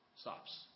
Stops